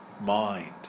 mind